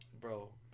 bro